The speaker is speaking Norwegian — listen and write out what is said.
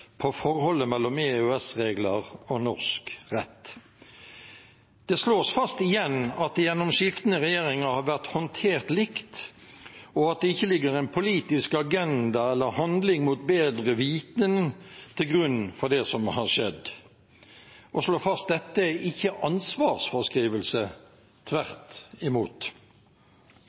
forholdet mellom EØS-regler og norsk rett. Det slås igjen fast at det gjennom skiftende regjeringer har vært håndtert likt, og at det ikke ligger en politisk agenda eller handling mot bedre vitende til grunn for det som har skjedd. Å slå fast dette er ikke ansvarsfraskrivelse – tvert imot.